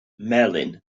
melin